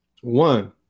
One